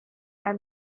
and